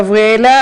גבריאלה,